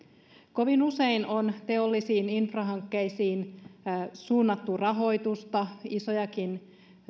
kovin usein on teollisiin infrahankkeisiin suunnattu rahoitusta isojakin